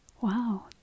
Wow